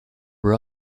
were